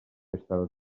estava